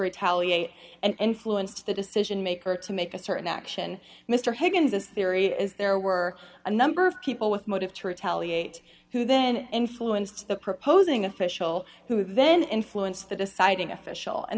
retaliate and influenced the decision maker to make a certain action mr hagan's this theory is there were a number of people with motive to retaliate who then influenced the proposing official who then influenced the deciding official and